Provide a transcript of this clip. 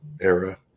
era